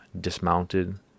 dismounted